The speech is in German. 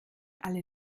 alle